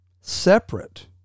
separate